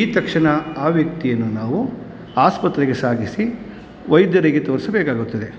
ಈ ತಕ್ಷಣ ಆ ವ್ಯಕ್ತಿಯನ್ನು ನಾವು ಆಸ್ಪತ್ರೆಗೆ ಸಾಗಿಸಿ ವೈದ್ಯರಿಗೆ ತೋರಿಸಬೇಕಾಗುತ್ತದೆ